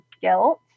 guilt